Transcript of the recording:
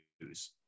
news